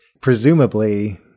Presumably